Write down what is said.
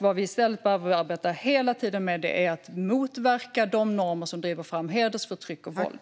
Vad vi i stället behöver arbeta hela tiden med är att motverka de normer som driver fram hedersförtryck och våld.